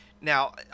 now